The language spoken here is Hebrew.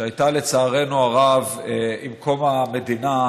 שהייתה לצערנו הרב עם קום המדינה,